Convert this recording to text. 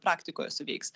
praktikoje suveiks